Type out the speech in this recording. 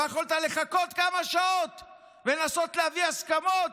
לא יכולת לחכות כמה שעות ולנסות להביא הסכמות?